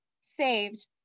saved